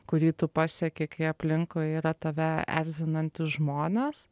kurį tu pasekė kai aplinkui yra tave erzinantys žmonės